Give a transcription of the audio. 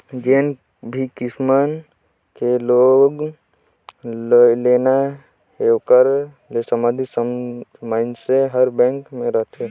जेन भी किसम के लोन लेना हे ओकर ले संबंधित मइनसे हर बेंक में रहथे